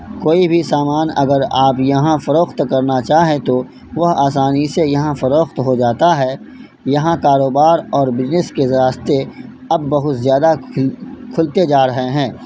کوئی بھی سامان اگر آپ یہاں فروخت کرنا چاہیں تو وہ آسانی سے یہاں فروخت ہو جاتا ہے یہاں کاروبار اور بجنس کے راستے اب بہت زیادہ کھلتے جا رہے ہیں